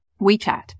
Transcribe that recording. WeChat